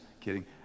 kidding